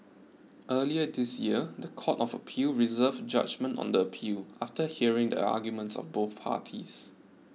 earlier this year the Court of Appeal reserved judgement on the appeal after hearing the arguments of both parties